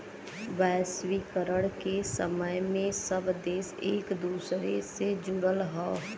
वैश्वीकरण के समय में सब देश एक दूसरे से जुड़ल हौ